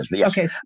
Okay